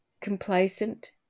complacent